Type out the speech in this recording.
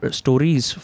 stories